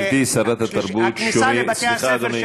גברתי שרת התרבות, שומעים,